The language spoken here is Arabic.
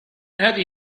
هذه